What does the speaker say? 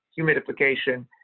humidification